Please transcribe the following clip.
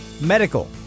medical